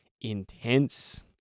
intense